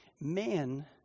man